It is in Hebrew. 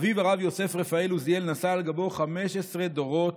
אביו, הרב יוסף רפאל עוזיאל, נשא על גבו 15 דורות